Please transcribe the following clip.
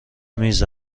میز